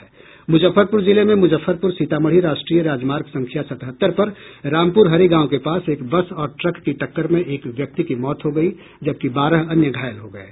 मुजफ्फरपुर जिले में मुजफ्फरपुर सीतामढ़ी राष्ट्रीय राजमार्ग संख्या सतहत्तर पर रामप्र हरी गांव के पास एक बस और ट्रक की टक्कर में एक व्यक्ति की मौत हो गयी जबकि बारह अन्य घायल हो गये